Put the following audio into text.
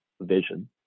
vision